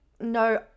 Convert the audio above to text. no